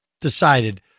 decided